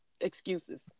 excuses